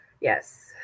yes